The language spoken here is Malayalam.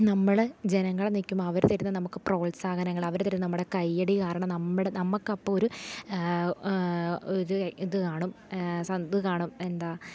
നമ്മളെ ജനങ്ങൾ നിൽക്കുമ്പം അവർ തരുന്ന നമുക്ക് പ്രോത്സാഹനങ്ങൾ അവർ തരുന്ന നമ്മുടെ കൈയ്യടി കാരണം നമ്മുടെ നമുക്കപ്പം ഒരു ഒരു ഇതു കാണും സ ഇതു കാണും എന്താ